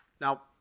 Now